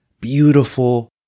beautiful